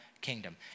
kingdom